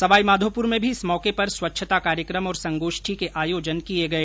सवाईमाधोपुर में भी इस मौके पर स्वच्छता कार्यक्रम और संगोष्ठी के आयोजन किए गए